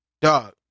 Dog